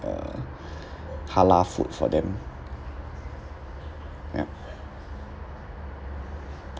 uh halal food for them ya